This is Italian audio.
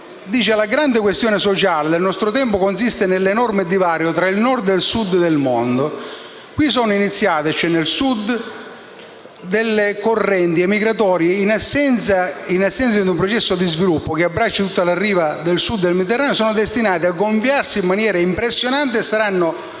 la grande questione sociale del nostro tempo consiste nell'enorme divario tra il Nord e il Sud del mondo. Qui - nel Sud - sono iniziate correnti migratorie che, in assenza di un processo di sviluppo che abbracci tutta la riva del Sud del Mediterraneo, sono destinate a gonfiarsi in maniera impressionante e saranno